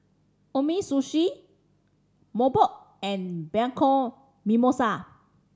Umisushi Mobot and Bianco Mimosa